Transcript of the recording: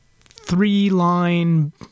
three-line